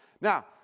Now